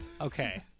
Okay